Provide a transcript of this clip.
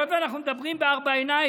היות שאנחנו מדברים בארבע עיניים,